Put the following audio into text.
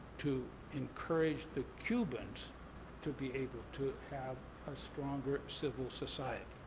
to encourage the cubans to be able to have a stronger civil society.